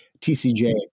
TCJ